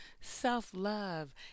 self-love